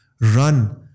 run